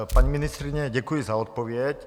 Paní ministryně, děkuji za odpověď.